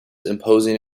imposing